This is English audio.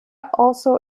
also